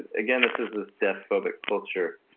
and again this is this death phobic culture,